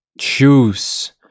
choose